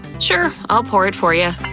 sure. i'll pour it for ya.